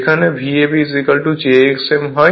যেখানে Vab jxm হয়